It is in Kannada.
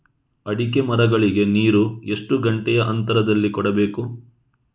ಅಡಿಕೆ ಮರಗಳಿಗೆ ನೀರು ಎಷ್ಟು ಗಂಟೆಯ ಅಂತರದಲಿ ಕೊಡಬೇಕು?